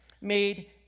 made